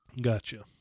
Gotcha